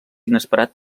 inesperat